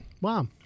Wow